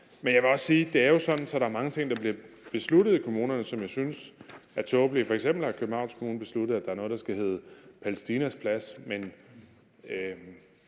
det jo er sådan, at der er mange ting, der bliver besluttet i kommunerne, som jeg synes er tåbelige. F.eks. Har Københavns Kommune besluttet, at der er noget, der skal hedde Palæstinas Plads, men